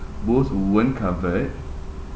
both weren't covered